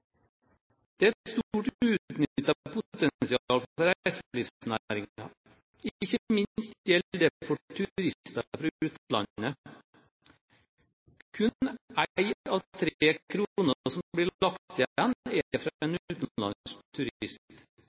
Det er et stort uutnyttet potensial for reiselivsnæringen. Ikke minst gjelder dette for turister fra utlandet. Kun én av tre kroner som blir lagt